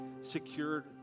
secured